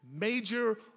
major